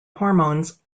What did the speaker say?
hormones